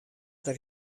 dêr